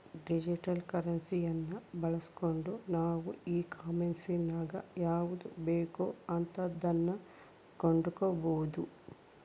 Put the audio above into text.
digital ಕರೆನ್ಸಿಯನ್ನ ಬಳಸ್ಗಂಡು ನಾವು ಈ ಕಾಂಮೆರ್ಸಿನಗ ಯಾವುದು ಬೇಕೋ ಅಂತದನ್ನ ಕೊಂಡಕಬೊದು